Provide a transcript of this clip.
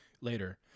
later